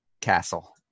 Castle